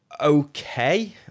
okay